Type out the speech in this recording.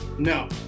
No